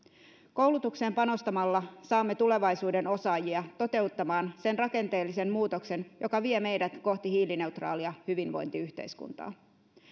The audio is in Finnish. koulutukseen panostamalla saamme tulevaisuuden osaajia toteuttamaan sen rakenteellisen muutoksen joka vie meidät kohti hiilineutraalia hyvinvointiyhteiskuntaa